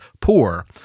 poor